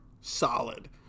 solid